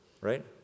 right